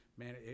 Man